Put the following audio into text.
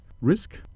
risk